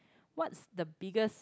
what's the biggest